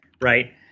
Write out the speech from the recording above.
right